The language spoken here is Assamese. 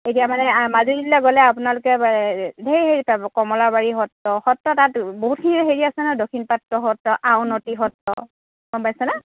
এতিয়া মানে মাজুলীলে গ'লে আপোনালোকে ঢেৰ হেৰি পাব কমলাবাৰী সত্ৰ সত্ৰ তাত বহুতখিনি হেৰি আছে নহয় দক্ষিণপাট সত্ৰ আউনীআটী সত্ৰ গম পাইছেনে